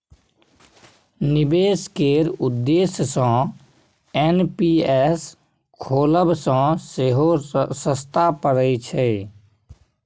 निबेश केर उद्देश्य सँ एन.पी.एस खोलब सँ सेहो सस्ता परय छै